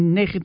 19